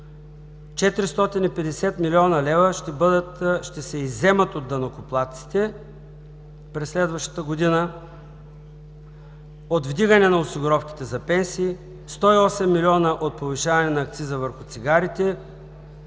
450 млн. лв. ще се изземат от данъкоплатците през следващата година от вдигане на осигуровките за пенсии, 108 милиона от повишаване на акциза върху цигарите